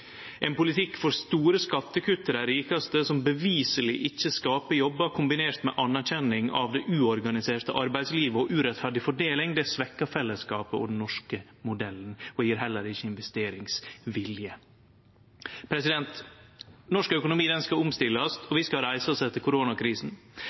Ein politikk for store skattekutt til dei rikaste, som beviseleg ikkje skaper jobbar, kombinert med anerkjenning av det uorganiserte arbeidslivet og urettferdig fordeling, svekkjer fellesskapen og den norske modellen og gjev heller ikkje investeringsvilje. Norsk økonomi skal omstillast,